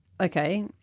Okay